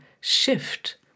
shift